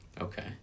Okay